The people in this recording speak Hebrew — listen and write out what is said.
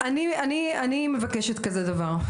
אני מבקשת כזה דבר,